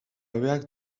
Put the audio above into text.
hobeak